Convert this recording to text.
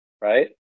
right